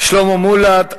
שלמה מולה.